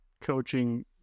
coaching